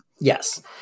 Yes